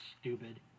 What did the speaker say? stupid